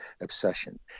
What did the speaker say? obsession